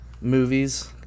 movies